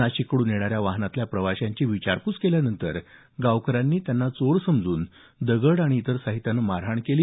नाशिककडून येणाऱ्या वाहनातल्या प्रवाशांची विचारपूस केल्यानंतर गावकऱ्यांनी त्यांना चोर समजून दगड आणि इतर साहित्यानं मारहाण केली